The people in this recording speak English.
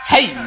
Hey